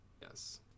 Yes